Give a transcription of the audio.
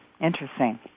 Interesting